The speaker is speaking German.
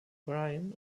brian